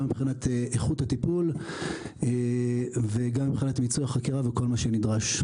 גם מבחינת איכות הטיפול וגם מבחינת ביצוע חקירה וכל מה שנדרש.